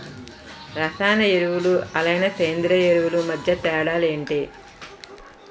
రసాయన ఎరువులు అలానే సేంద్రీయ ఎరువులు మధ్య తేడాలు ఏంటి?